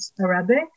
Arabic